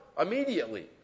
immediately